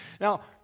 Now